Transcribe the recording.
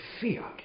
fear